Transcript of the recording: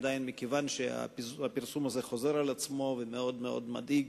מכיוון שהפרסום הזה חוזר על עצמו והוא מאוד מאוד מדאיג,